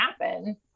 happen